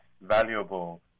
valuable